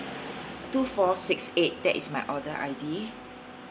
two four six eight that is my order I_D